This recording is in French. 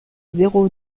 zéro